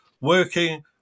working